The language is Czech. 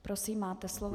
Prosím, máte slovo.